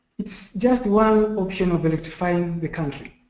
it's just one option of electrifying the country.